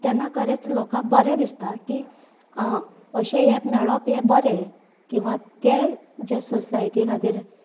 तेन्ना खरेंच लोकां बरें दिसता की अशें हे मेळप हे बरें किंवां ते जे सोसायटी खातीर